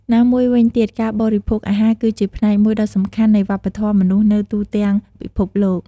ណាមួយវិញទៀតការបរិភោគអាហារ គឺជាផ្នែកមួយដ៏សំខាន់នៃវប្បធម៌មនុស្សនៅទូទាំងពិភពលោក។